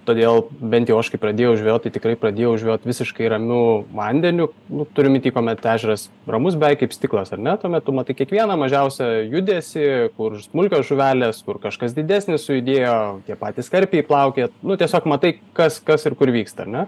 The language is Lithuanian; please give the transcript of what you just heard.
todėl bent jau aš kai pradėjau žvejot tai tikrai pradėjau žvejot visiškai ramiu vandeniu nu turiu minty kuomet ežeras ramus beveik kaip stiklas ar ne tuomet tu matai kiekvieną mažiausią judesį kur smulkios žuvelės kur kažkas didesnis sujudėjo tie patys karpiai plaukioja nu tiesiog matai kas kas ir kur vyksta ar ne